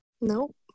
Nope